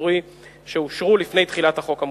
ציבורי שאושרו לפני תחילת החוק המוצע.